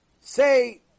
say